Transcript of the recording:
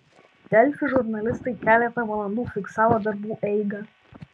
delfi žurnalistai keletą valandų fiksavo darbų eigą